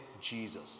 Jesus